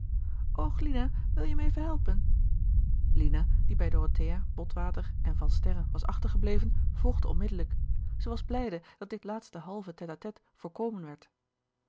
och lina wil je me even helpen lina die bij dorothea botwater en van sterren was achtergebleven volgde onmiddelijk zij was blijde dat dit laatste halve tête-à-tête voorkomen werd